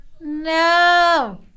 No